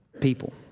people